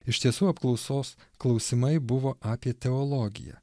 iš tiesų apklausos klausimai buvo apie teologiją